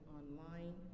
online